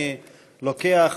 אני לוקח